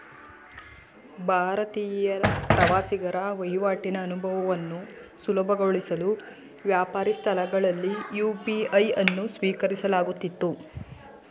ಭಾರತೀಯ ಪ್ರವಾಸಿಗರ ವಹಿವಾಟಿನ ಅನುಭವವನ್ನು ಸುಲಭಗೊಳಿಸಲು ವ್ಯಾಪಾರಿ ಸ್ಥಳಗಳಲ್ಲಿ ಯು.ಪಿ.ಐ ಅನ್ನು ಸ್ವೀಕರಿಸಲಾಗುತ್ತಿತ್ತು